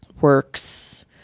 works